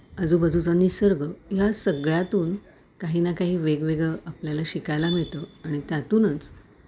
आजूबाजूचा निसर्ग या सगळ्यातून काही ना काही वेगवेगळं आपल्याला शिकायला मिळतं आणि त्यातूनच